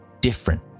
different